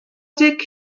deg